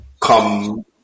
come